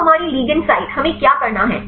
अब हमारी ligand site हमें क्या करना है